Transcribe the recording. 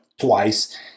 twice